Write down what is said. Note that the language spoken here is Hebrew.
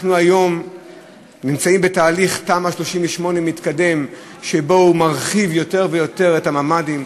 אנחנו נמצאים היום בתהליך תמ"א 38 מתקדם שמרחיב יותר ויותר את הממ"דים.